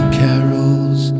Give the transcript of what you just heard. carols